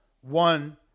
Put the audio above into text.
one